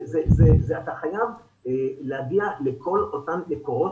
אתה חייב להגיע לכל אותם מקורות.